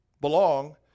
belong